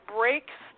breaks